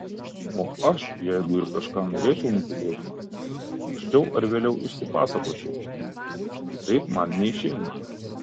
o aš jeigu ir kažką norėčiau nutylėti anksčiau ar vėliau išsipasakočiau kitaip man neišeina